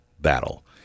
battle